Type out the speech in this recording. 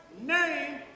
name